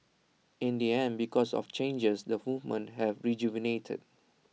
in the end because of changes the movement have rejuvenated